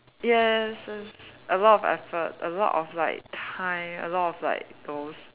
yes yes a lot of effort a lot of like time a lot of like those